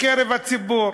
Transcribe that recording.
בקרב הציבור.